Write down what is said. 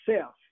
self